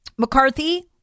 McCarthy